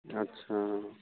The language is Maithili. अच्छा